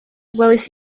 welais